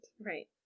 Right